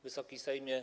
Wysoki Sejmie!